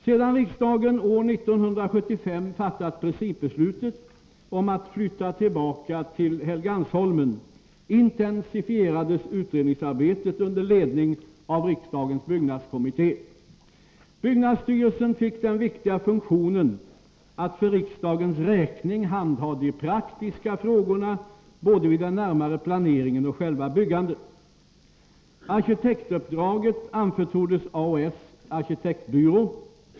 Sedan riksdagen år 1975 fattat principbeslutet om att flytta tillbaka till Helgeandsholmen intensifierades utredningsarbetet under ledning av riksdagens byggnadskommitté. Byggnadsstyrelsen fick den viktiga funktionen att för riksdagens räkning handha de praktiska frågorna både vid den närmare planeringen och vid själva byggandet. Arkitektuppdraget anförtroddes AOS Arkitektbyrå.